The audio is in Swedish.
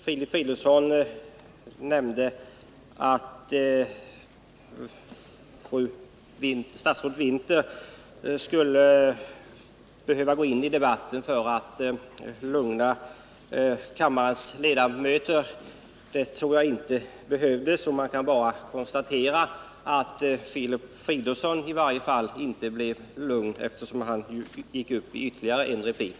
Filip Fridolfsson nämnde att statsrådet Winther skulle behöva gå in i debatten för att lugna kammarens ledamöter. Det tror jag inte behövdes. Man kan bara konstatera att Filip Fridolfsson ändå inte blev lugn, eftersom han höll ytterligare ett anförande.